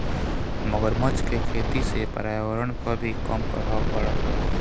मगरमच्छ के खेती से पर्यावरण पअ भी कम प्रभाव पड़त हवे